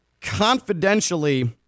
confidentially